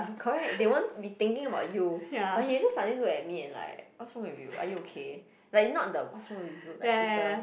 correct they won't be thinking about you but he'll just suddenly look at me and like what's wrong with you are you okay like not the what's wrong with you it's the